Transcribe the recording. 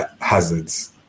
hazards